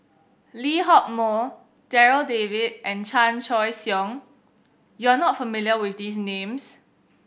Lee Hock Moh Darryl David and Chan Choy Siong you are not familiar with these names